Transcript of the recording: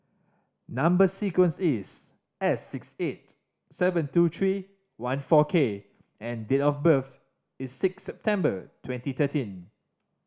number sequence is S six eight seven two three one four K and date of birth is six September twenty thirteen